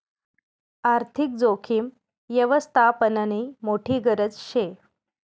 आर्थिक जोखीम यवस्थापननी मोठी गरज शे